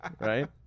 Right